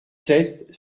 sept